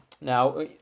Now